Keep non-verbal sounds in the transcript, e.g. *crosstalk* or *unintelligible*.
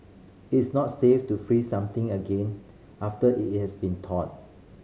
it is not safe to freeze something again after it *unintelligible* has been thawed